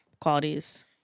qualities